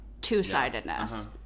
two-sidedness